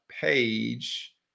page